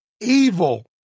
evil